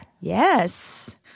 Yes